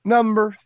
Number